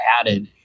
added